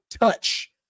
touch